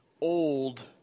old